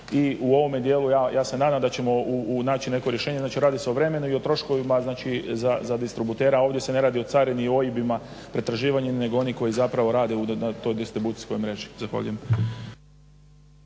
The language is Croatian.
i u ovome dijelu ja se nadam da ćemo naći neko rješenje. Znači radi se o vremenu i o troškovima za distributera. Dakle, ovdje se ne radi o carini i OIB-ima i potraživanjima nego onima koji zapravo rade na toj distribucijskoj mreži. Zahvaljujem.